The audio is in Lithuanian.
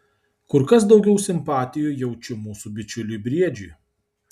kur kas daugiau simpatijų jaučiu mūsų bičiuliui briedžiui